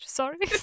sorry